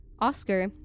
Oscar